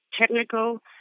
technical